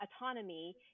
autonomy